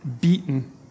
beaten